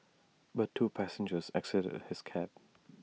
but two passengers exited his cab